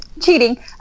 cheating